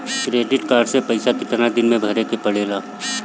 Credit card के पइसा कितना दिन में भरे के पड़ेला?